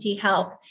help